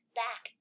back